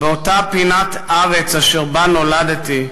"באותה פינת-ארץ, אשר בה נולדתי,